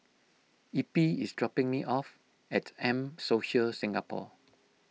Eppie is dropping me off at M Social Singapore